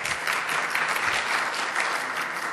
(מחיאות כפיים)